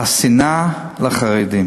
השנאה לחרדים.